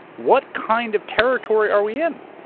what kind of territory are we in?